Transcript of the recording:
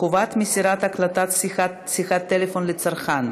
חובת מסירת הקלטת שיחת טלפון לצרכן,